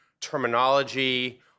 terminology